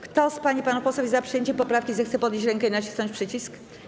Kto z pań i panów posłów jest przyjęciem poprawki, zechce podnieść rękę i nacisnąć przycisk.